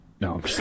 no